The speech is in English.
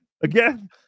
Again